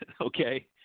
Okay